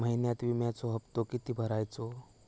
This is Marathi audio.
महिन्यात विम्याचो हप्तो किती भरायचो?